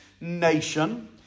nation